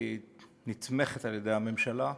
היא נתמכת על-ידי הממשלה,